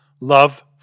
Love